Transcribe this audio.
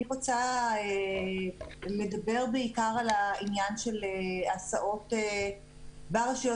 אני רוצה לדבר בעיקר על העניין של הסעות ברשויות